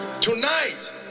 Tonight